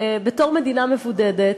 בתור מדינה מבודדת,